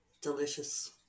delicious